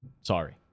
Sorry